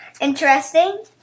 interesting